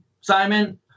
Simon